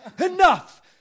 Enough